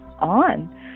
on